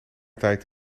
tijd